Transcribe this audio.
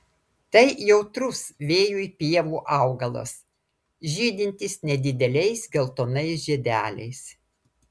tai jautrus vėjui pievų augalas žydintis nedideliais geltonais žiedeliais